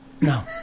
No